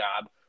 job